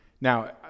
Now